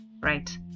right